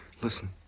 listen